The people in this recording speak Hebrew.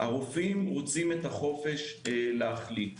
הרופאים רוצים את החופש להחליט.